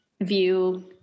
view